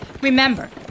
Remember